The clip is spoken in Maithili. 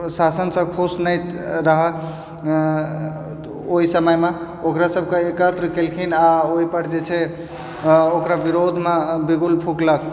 प्रशासनसँ खुश नहि रहए ओहि समयमे ओकरासभके एकत्र केलखिन आ ओहिपर जे छै ओकरा विरोधमे बिगुल फुकलक